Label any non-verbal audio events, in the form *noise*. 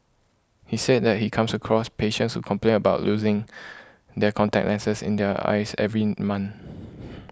he said that he comes across patients who complain about losing *noise* their contact lenses in their eyes every month *noise*